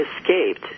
escaped